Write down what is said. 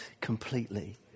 completely